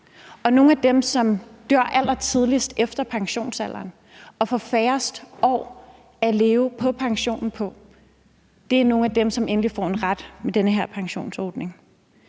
Og nogle af dem, som dør allertidligst efter pensionsalderen og får færrest år at leve på pension, får endelig en ret med den her pensionsordning.